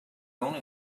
only